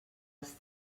els